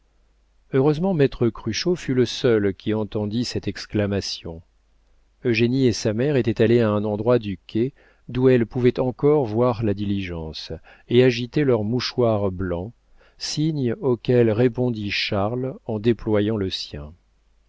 heureusement maître cruchot fut le seul qui entendit cette exclamation eugénie et sa mère étaient allées à un endroit du quai d'où elles pouvaient encore voir la diligence et agitaient leurs mouchoirs blancs signe auquel répondit charles en déployant le sien